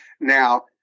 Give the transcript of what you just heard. now